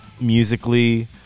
musically